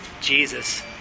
Jesus